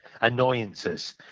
Annoyances